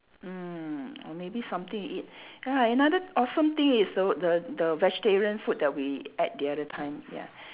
mm or maybe something you eat ya another awesome thing is the the the vegetarian food that we ate the other time ya